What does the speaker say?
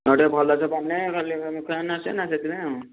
ହଁ ଟିକିଏ ଭଲସେ କନେ ଭଲିକି କନେ ଲୋକ ହେନେ ଆସିବେନା ସେଇଥିପାଇଁ ଆଉ